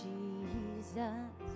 Jesus